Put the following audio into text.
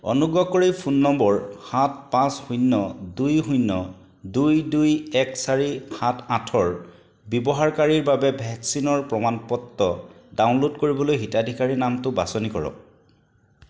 অনুগ্ৰহ কৰি phone number সাত পাঁচ শূন্য দুই শূন্য দুই দুই এক চাৰি সাত আঠৰ ব্যৱহাৰকাৰীৰ বাবে ভেকচিনৰ প্ৰমাণ পত্ৰ ডাউনলোড কৰিবলৈ হিতাধিকাৰীৰ নামটো বাছনি কৰক